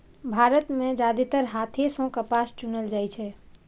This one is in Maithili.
भारत मे जादेतर हाथे सं कपास चुनल जाइ छै